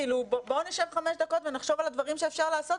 בואו נחשוב חמש דקות ונחשוב על הדברים שאפשר לעשות.